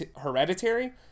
Hereditary